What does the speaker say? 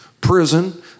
prison